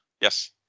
Yes